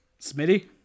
Smitty